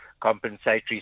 compensatory